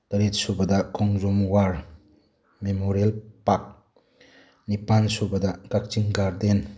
ꯇꯔꯦꯠ ꯁꯨꯕꯗ Khongjom war memorial park Nepal ꯁꯨꯕꯗ ꯀꯛꯆꯤꯡ ꯒꯥꯔꯗꯦꯟ